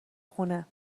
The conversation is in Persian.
خونه